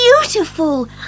beautiful